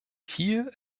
hier